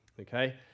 okay